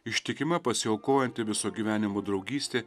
ištikima pasiaukojanti viso gyvenimo draugystė